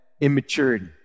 immaturity